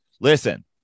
listen